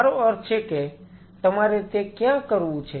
મારો અર્થ એ છે કે તમારે તે ક્યાં કરવું છે